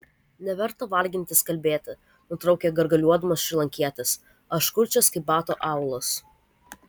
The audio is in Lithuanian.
neverta vargintis kalbėti nutraukė gargaliuodamas šrilankietis aš kurčias kaip bato aulas